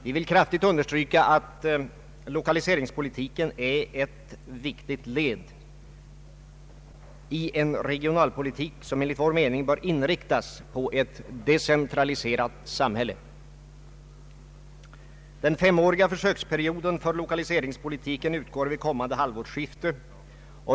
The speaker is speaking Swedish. Vi vill kraftigt understryka att lokaliseringspolitiken är ett viktigt led i en regionalpolitik som Ang. regionalpolitiken enligt vår mening bör inriktas på ett decentraliserat samhälle. Den femåriga försöksperioden för 1okaliseringspolitik utgår vid kommande halvårsskifte.